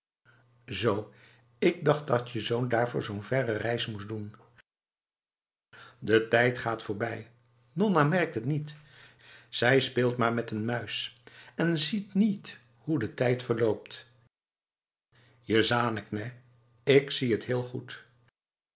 zo ik dacht datje zoon daarvoor zo'n verre reis moest doen de tijd gaat voorbij nonna merkt het niet zij speelt maar met de muis en ziet niet hoe de tijd verloopt je zanikt nèh ik zie het heel goed